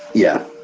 yeah,